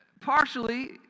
partially